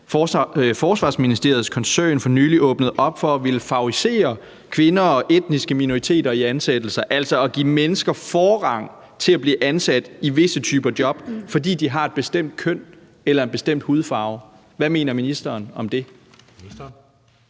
Forsvarsministeriets koncern for nylig åbnede op for at ville favorisere kvinder og etniske minoriteter i ansættelser, altså at give nogle mennesker forrang til at blive ansat i visse typer job, fordi de har et bestemt køn eller en bestemt hudfarve. Hvad mener ministeren om det?